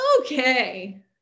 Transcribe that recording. Okay